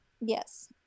Yes